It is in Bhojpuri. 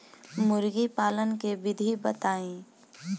मुर्गी पालन के विधि बताई?